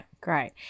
great